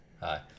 Hi